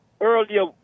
Earlier